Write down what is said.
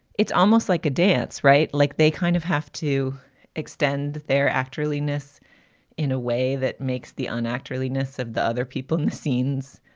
it's almost like a dance, right? like they kind of have to extend their actory leanness in a way that makes the unacted chilliness of the other people in the scenes,